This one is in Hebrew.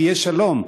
יהיה שלום,